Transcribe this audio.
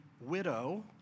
widow